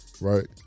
Right